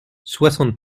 soixante